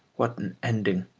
what an ending,